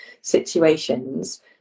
situations